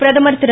பிரதம் திரு